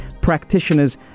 practitioners